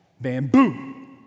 Bamboo